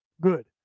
Good